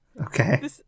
Okay